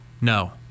No